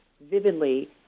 vividly